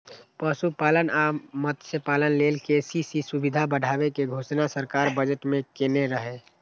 पशुपालन आ मत्स्यपालन लेल के.सी.सी सुविधा बढ़ाबै के घोषणा सरकार बजट मे केने रहै